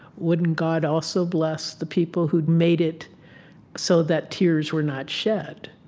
wouldn't god also bless the people who made it so that tears were not shed?